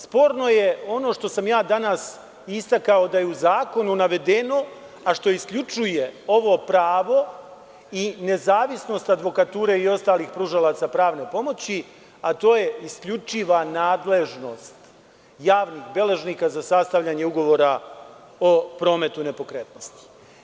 Sporno je ono što sam ja danas istakao da je u zakonu navedeno, a što isključuje ovo pravo i nezavisnost advokature i ostalih pružalaca pravne pomoći, a to je isključiva nadležnost javnih beležnika za sastavljanje ugovora o prometu nepokretnosti.